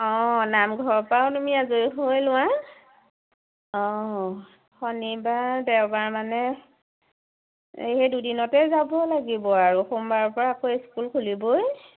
অঁ নামঘৰৰ পৰাও তুমি আজৰি হৈ লোৱা অঁ শনিবাৰ দেওবাৰ মানে এই সেই দুদিনতে যাব লাগিব আৰু সোমবাৰৰ পৰা আকৌ স্কুল খুলিবই